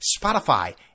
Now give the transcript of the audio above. Spotify